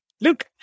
Luke